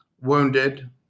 wounded